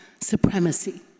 supremacy